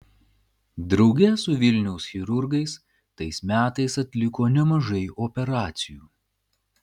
drauge su vilniaus chirurgais tais metais atliko nemažai operacijų